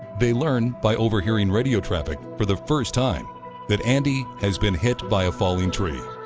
they learned by overhearing radio traffic for the first time that andy has been hit by a falling tree.